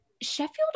Sheffield